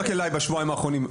רק אליי בשבועיים האחרונים,